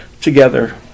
together